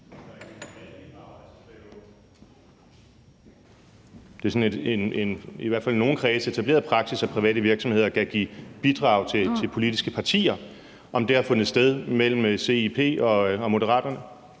Det er i hvert fald i nogle kredse en etableret praksis, at private virksomheder kan give bidrag til politiske partier, og spørgsmålet var så, om det har fundet sted mellem CIP og Moderaterne.